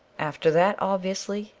after that, obviously,